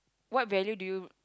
what value do you